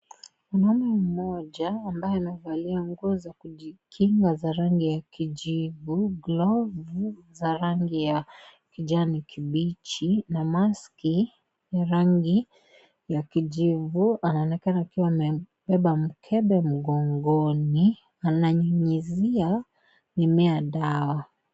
Mwanaume mmoja ambaye amevalia nguo za kujikinga za rangi ya kijivu, glovu za rangi ya kijani kibichi na maski ya rangi ya kijivu. Anaonekana akiwa amebeba mkebe mgongoni .Ananyunyizia mimea dawa.